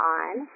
on